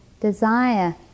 desire